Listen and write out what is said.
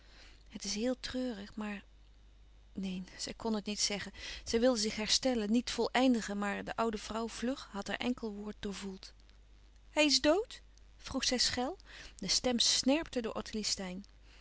het is heel treurig maar neen zij kn het niet zeggen zij wilde zich herstellen niet voleindigen maar de oude vrouw vlug had haar enkel woord doorvoeld hij is dood vroeg zij schel de stem snerpte door ottilie steyn